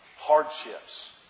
hardships